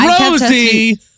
rosie